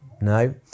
No